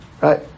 Right